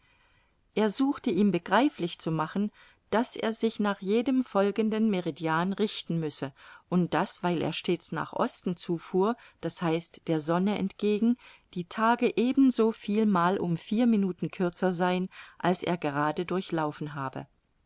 er suchte ihm begreiflich zu machen daß er sich nach jedem folgenden meridian richten müsse und daß weil er stets nach osten zu fuhr d h der sonne entgegen die tage ebenso vielmal um vier minuten kürzer seien als er grade durchlaufen habe